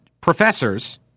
professors